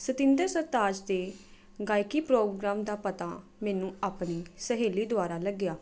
ਸਤਿੰਦਰ ਸਰਤਾਜ ਦੇ ਗਾਇਕੀ ਪ੍ਰੋਗਰਾਮ ਦਾ ਪਤਾ ਮੈਨੂੰ ਆਪਣੀ ਸਹੇਲੀ ਦੁਆਰਾ ਲੱਗਿਆ